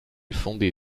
fondée